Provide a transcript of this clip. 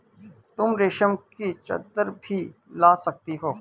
तुम रेशम की चद्दर भी ला सकती हो